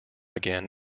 again